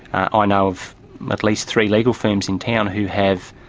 i know of at least three legal firms in town who have,